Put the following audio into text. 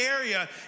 area